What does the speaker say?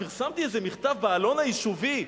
פרסמתי איזה מכתב בעלון היישובי.